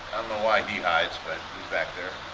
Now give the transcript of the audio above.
why he hides but he's back there.